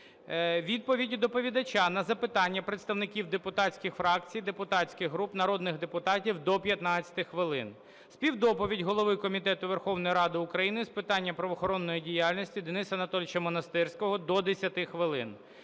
Відповіді доповідача на запитання представників депутатських фракцій, депутатських груп, народних депутатів – до 15 хвилин. Співдоповідь голови Комітету Верховної Ради України з питань правоохоронної діяльності Дениса Анатолійовича Монастирського – до 10 хвилин.